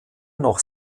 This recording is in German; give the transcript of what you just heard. noch